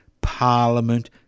Parliament